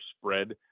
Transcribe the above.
spread –